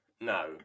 No